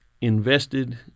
invested